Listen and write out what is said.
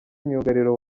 myugariro